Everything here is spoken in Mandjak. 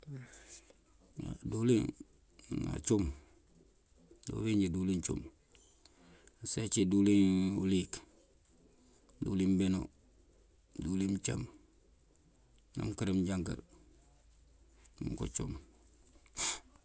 Dulin acum, di uwinji dulin acum usee ci, dulin uliëk, dulin mbeno, dulin mcam. na mkër mjakal mko cum.